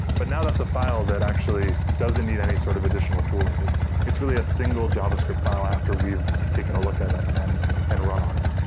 but now that's a file that actually doesn't need any sort of additional tooling. it's it's really a single javascript file after we've taken a look at it and and run on it.